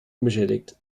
unbeschädigt